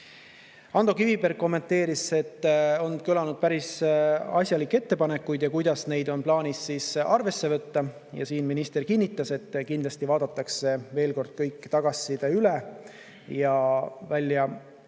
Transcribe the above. Ando Kiviberg kommenteeris, et on kõlanud päris asjalikke ettepanekuid, ja küsis, kuidas neid on plaanis arvesse võtta. Ja siin minister kinnitas, et kindlasti vaadatakse veel kord kõik tagasiside üle.